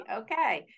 Okay